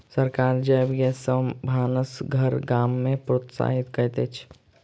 सरकार जैव गैस सॅ भानस घर गाम में प्रोत्साहित करैत अछि